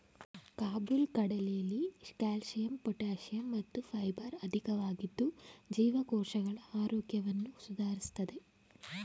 ಕಾಬುಲ್ ಕಡಲೆಲಿ calcium potassium ಮತ್ತು fibre ಅಧಿಕವಾಗಿದ್ದು ಜೀವಕೋಶಗಳ ಆರೋಗ್ಯವನ್ನು ಸುಧಾರಿಸ್ತದೆ